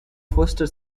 foster